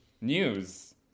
news